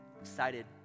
excited